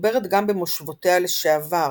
מדוברת גם במושבותיה לשעבר,